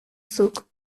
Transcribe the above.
zuk